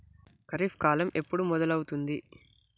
ఖరీఫ్ కాలం ఎప్పుడు మొదలవుతుంది?